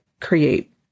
create